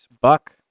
Buck